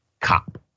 cop